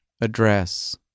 address